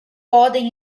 podem